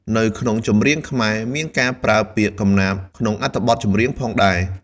នៅក្នុងចម្រៀងខ្មែរមានការប្រើពាក្យកំណាព្យក្នុងអត្ថបទចម្រៀងផងដែរ។